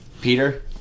Peter